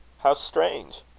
how strange!